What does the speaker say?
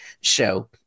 show